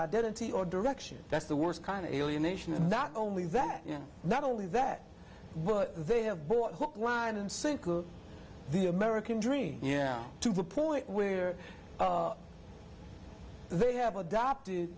identity or direction that's the worst kind of alienation and that only that you know not only that but they have bought hook line and sinker the american dream yeah to the point where they have adopted